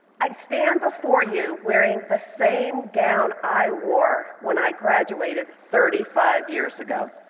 i stand before you wearing the same gown i wore when i graduated thirty five years ago.